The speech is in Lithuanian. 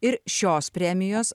ir šios premijos